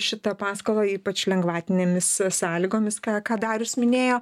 šitą paskolą ypač lengvatinėmis sąlygomis ką ką darius minėjo